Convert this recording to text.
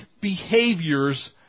behaviors